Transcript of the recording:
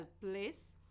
place